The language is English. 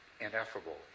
ineffable